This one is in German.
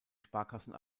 sparkassen